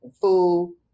food